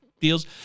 deals